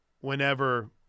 whenever –